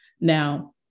now